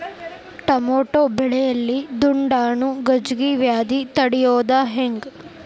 Tomato ಬೆಳೆಯಲ್ಲಿ ದುಂಡಾಣು ಗಜ್ಗಿ ವ್ಯಾಧಿ ತಡಿಯೊದ ಹೆಂಗ್?